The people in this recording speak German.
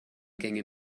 gänge